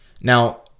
Now